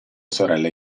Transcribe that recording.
sorella